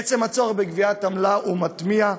עצם הצורך בגביית עמלה הוא מתמיה,